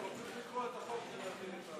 צריך לקרוא את החוק ולהבין את,